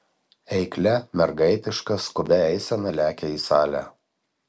eiklia mergaitiška skubia eisena lekia į salę